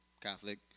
Catholic